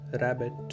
rabbit